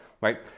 right